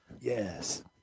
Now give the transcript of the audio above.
Yes